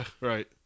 right